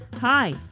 Hi